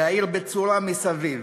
והעיר בצורה מסביב.